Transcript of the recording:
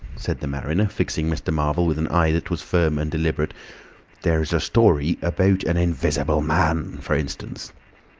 said the mariner, fixing mr. marvel with an eye that was firm and deliberate there's a story about an invisible man, for instance.